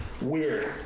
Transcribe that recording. Weird